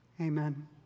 Amen